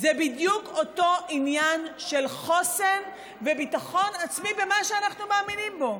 זה בדיוק אותו עניין של חוסן וביטחון עצמי במה שאנחנו מאמינים בו.